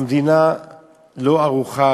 המדינה לא ערוכה.